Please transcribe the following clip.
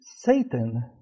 Satan